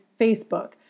Facebook